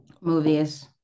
Movies